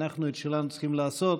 אנחנו את שלנו צריכים לעשות,